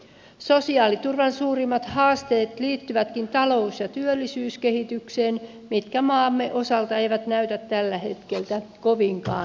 sosiaaliturvan suurimmat haasteet liittyvätkin talous ja työllisyyskehitykseen mikä maamme osalta ei näytä tällä hetkellä kovinkaan hyvältä